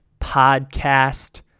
podcast